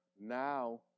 now